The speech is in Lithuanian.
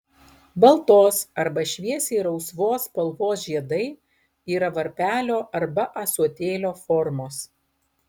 baltos arba šviesiai rausvos spalvos žiedai yra varpelio arba ąsotėlio formos